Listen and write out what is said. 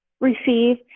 receive